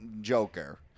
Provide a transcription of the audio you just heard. Joker